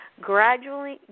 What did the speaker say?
gradually